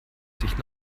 sich